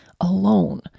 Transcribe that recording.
alone